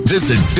Visit